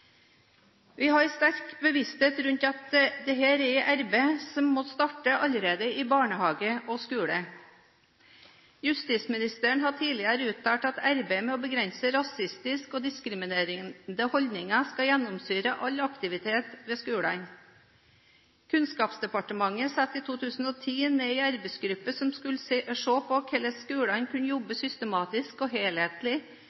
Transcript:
Vi har en sterk bevissthet om at dette er arbeid som må starte allerede i barnehagen og i skolen. Justisministeren har tidligere uttalt at arbeidet med å begrense rasistiske og diskriminerende holdninger skal gjennomsyre all aktivitet i skolen. Kunnskapsdepartementet satte i 2010 ned en arbeidsgruppe som skulle se på hvordan skolen kunne